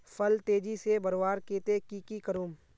फल तेजी से बढ़वार केते की की करूम?